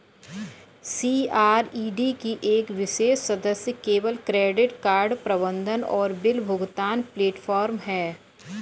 CRED एक विशेष सदस्य केवल क्रेडिट कार्ड प्रबंधन और बिल भुगतान प्लेटफ़ॉर्म है